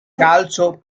calcio